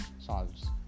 solves